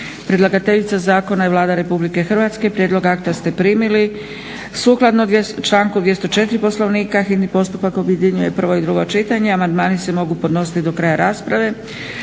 Predlagateljica Zakona je Vlada Republike Hrvatske, prijedlog akta ste primili. Sukladno članku 204. Poslovnika hitni postupak objedinjuje prvo i drugo čitanje. Amandmani se mogu podnositi do kraja rasprave.